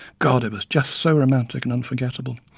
god! it was just so romantic and unforgettable.